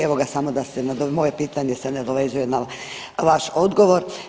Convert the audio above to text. Evo ga samo da se, moje pitanje se nadovezuje na vaš odgovor.